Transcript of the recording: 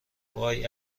وای